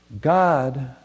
God